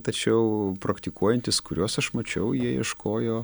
tačiau praktikuojantys kuriuos aš mačiau jie ieškojo